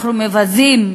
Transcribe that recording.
אנחנו מבזים,